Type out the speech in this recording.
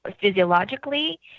physiologically